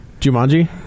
Jumanji